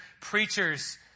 preachers